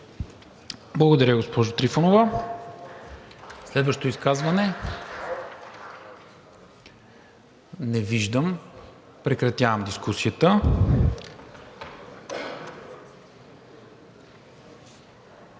Благодаря, госпожо Трифонова. Следващо изказване? Не виждам. Прекратявам дискусията.